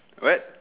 what